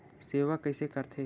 सेवा कइसे करथे?